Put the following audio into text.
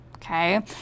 Okay